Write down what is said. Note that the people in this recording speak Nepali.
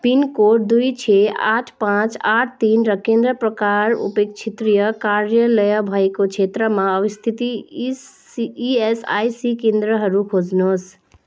पिनकोड दुई छ आठ पाँच आठ तिन र केन्द्र प्रकार उपक्षेत्रीय कार्यालय भएको क्षेत्रमा अवस्थित इसी इएसआइसी केन्द्रहरू खोज्नुहोस्